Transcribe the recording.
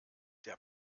der